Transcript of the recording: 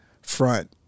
front